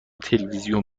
تلویزیون